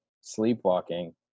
sleepwalking